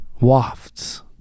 wafts